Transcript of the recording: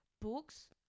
books